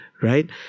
right